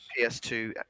PS2